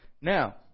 Now